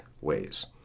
ways